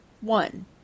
One